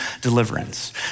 deliverance